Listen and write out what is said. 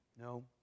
no